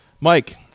Mike